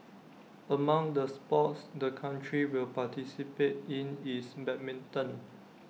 among the sports the country will participate in is badminton